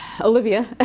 Olivia